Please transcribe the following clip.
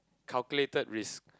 calculated risk